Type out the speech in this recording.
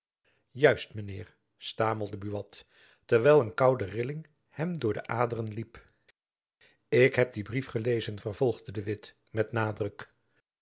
mijn heer stamelde buat terwijl een koude rilling hem door de aderen liep ik heb dien brief gelezen vervolgde de witt met nadruk